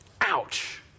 Ouch